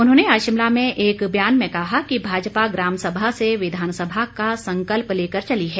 उन्होंने आज शिमला में एक बयान में कहा कि भाजपा ग्रामसभा से विधानसभा का संकल्प ले कर चली है